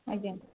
ଆଜ୍ଞା